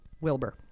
Wilbur